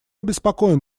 обеспокоен